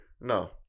No